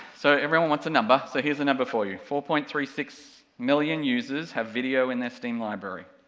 so everyone wants a number, so here's a number for you, four point three six million users have video in their steam library.